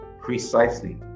Precisely